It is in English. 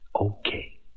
Okay